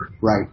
Right